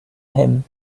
him